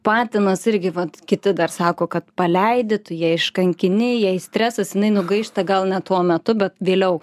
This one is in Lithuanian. patinas irgi vat kiti dar sako kad paleidi tu ją iškankini jai stresas jinai nugaišta gal ne tuo metu bet vėliau